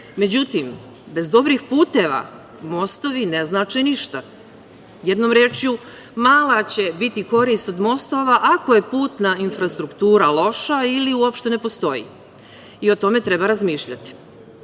Međutim, bez dobrih puteva, mostovi ne znače ništa. Jednom rečju, mala će biti korist od mostova, ako je putna infrastruktura loša ili uopšte ne postoji i o tome treba razmišljati.